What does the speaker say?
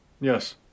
Yes